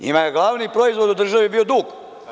Njima je glavni proizvod u državi bio dug.